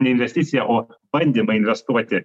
ne investicija o bandymą investuoti